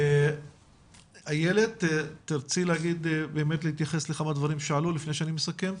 אילת תרצי להתייחס לכמה דברים שעלו לפני הסיכום?